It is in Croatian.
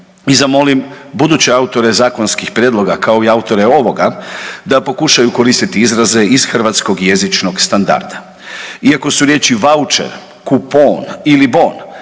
i zamolim buduće autore zakonskih prijedloga kao i autore ovoga da pokušaju koristiti izraze iz hrvatskog jezičnog standarda. Iako su riječi „vaučer“, „kupon“ ili „bon“